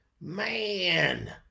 man